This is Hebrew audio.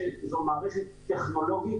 זו מערכת טכנולוגית